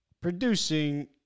producing